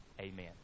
amen